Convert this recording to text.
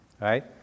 Right